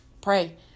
pray